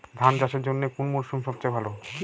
ধান চাষের জন্যে কোন মরশুম সবচেয়ে ভালো?